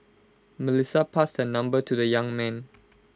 Melissa passed her number to the young man